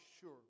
sure